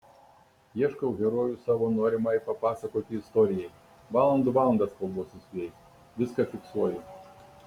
ieškau herojų savo norimai papasakoti istorijai valandų valandas kalbuosi su jais viską fiksuoju